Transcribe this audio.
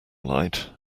light